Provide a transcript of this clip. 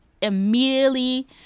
immediately